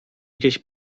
gdzieś